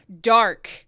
dark